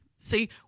See